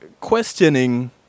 questioning